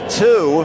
two